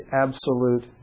absolute